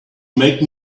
make